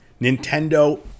Nintendo